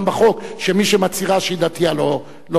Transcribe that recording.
שמי שמצהירה שהיא דתייה לא משרתת בצה"ל.